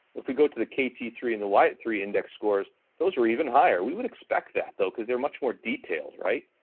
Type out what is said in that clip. if we go to the ktea three and the like wiat-iii index scores, those are even higher, we would expect that though cause they're much more detailed, right?